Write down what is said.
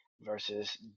versus